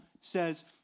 says